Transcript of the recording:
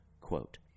quote